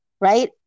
right